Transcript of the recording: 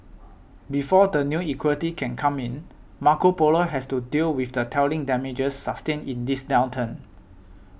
before the new equity can come in Marco Polo has to deal with the telling damages sustained in this downturn